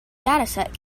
dataset